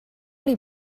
les